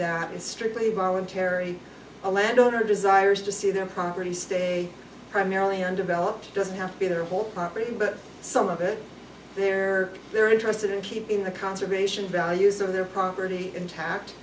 that it's strictly voluntary a landowner desires to see their property stay primarily undeveloped doesn't have to be their whole property but some of it there they're interested in keeping the conservation values of their property intact